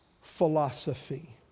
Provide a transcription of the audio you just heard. philosophy